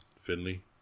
Finley